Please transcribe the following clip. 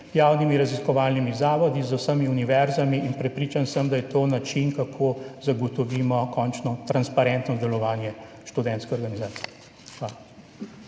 javnimi raziskovalnimi zavodi, z vsemi univerzami in prepričan sem, da je to način, kako končno zagotovimo transparentnost delovanja študentske organizacije. Hvala.